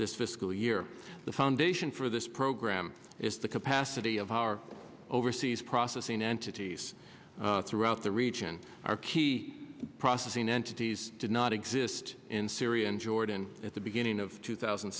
this fiscal year the foundation for this program is the capacity of our overseas processing entities throughout the region our key processing entities did not exist in syria and jordan at the beginning of two thousand